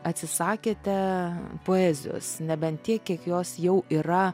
atsisakėte poezijos nebent tiek kiek jos jau yra